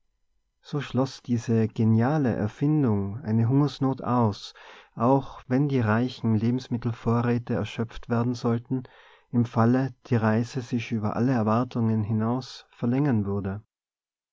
so schloß diese geniale erfindung eine hungersnot aus auch wenn die reichen lebensmittelvorräte erschöpft werden sollten im falle die reise sich über alle erwartungen hinaus verlängern würde